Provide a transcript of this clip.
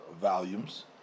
volumes